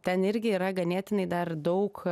ten irgi yra ganėtinai dar daug